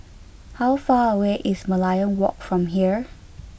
how far away is Merlion Walk from here